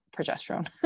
progesterone